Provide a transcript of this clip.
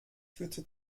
führte